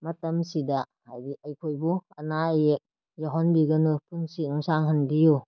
ꯃꯇꯝꯁꯤꯗ ꯍꯥꯏꯗꯤ ꯑꯩꯈꯣꯏꯕꯨ ꯑꯅꯥ ꯑꯌꯦꯛ ꯌꯥꯎꯍꯟꯕꯤꯒꯅꯨ ꯄꯨꯟꯁꯤ ꯅꯨꯡꯁꯥꯡꯍꯟꯕꯤꯌꯨ